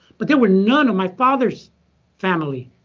but there were none of my father's family.